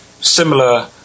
similar